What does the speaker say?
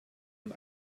und